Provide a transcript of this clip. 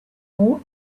more